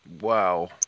Wow